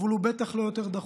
אבל הוא בטח לא יותר דחוף.